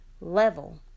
level